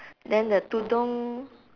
then the tudung